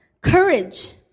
Courage